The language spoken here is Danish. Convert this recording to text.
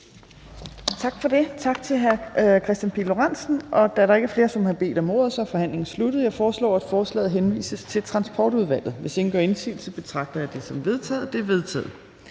Tak for det. Tak til hr. Kristian Pihl Lorentzen. Da der ikke er flere, som har bedt om ordet, er forhandlingen sluttet. Jeg foreslår, at beslutningsforslaget henvises til Transportudvalget. Hvis ingen gør indsigelse, betragter jeg det som vedtaget. Det er vedtaget.